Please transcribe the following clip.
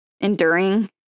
enduring